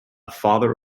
father